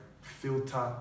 filter